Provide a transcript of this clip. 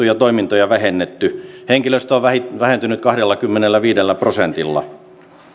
ja toimintoja on vähennetty henkilöstö on vähentynyt kahdellakymmenelläviidellä prosentilla